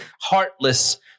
heartless